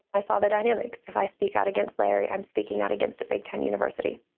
i saw the dynamics, if i speak out against larry i'm speaking out against a big time university,